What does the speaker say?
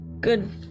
good